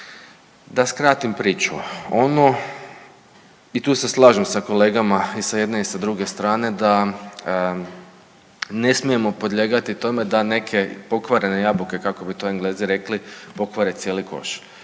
Da skratim priču, i tu se slažem sa kolegama i sa jedne i sa druge strane da ne smijemo podlijegati tome da neke pokvarene jabuke kako bi Englezi rekli pokvare cijeli koš